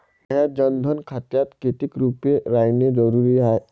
माह्या जनधन खात्यात कितीक रूपे रायने जरुरी हाय?